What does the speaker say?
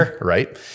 right